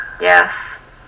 Yes